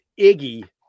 Iggy